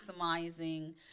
maximizing